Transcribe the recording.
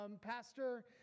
pastor